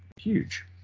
huge